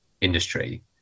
industry